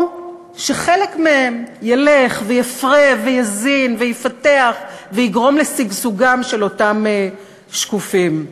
או שחלק מהם ילך ויפרה ויזין ויפתח ויגרום לשגשוגם של אותם שקופים.